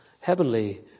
heavenly